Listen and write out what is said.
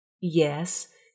Yes